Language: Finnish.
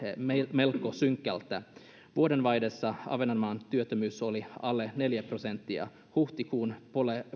melko synkältä vuodenvaihteessa ahvenanmaan työttömyys oli alle neljä prosenttia huhtikuun